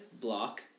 block